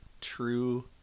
true